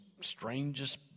strangest